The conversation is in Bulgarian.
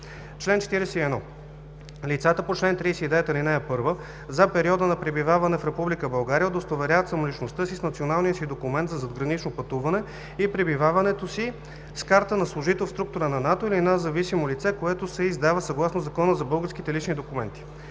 Чл. 41. Лицата по чл. 39, ал. 1 за периода на пребиваване в Република България удостоверяват самоличността си с националния си документ за задгранично пътуване и пребиваването си – с карта на служител в структура на НАТО или на зависимо лице, която се издава съгласно Закона за българските лични документи.